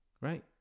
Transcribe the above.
Right